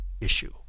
issue